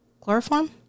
Chloroform